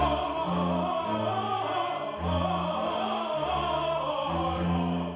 oh oh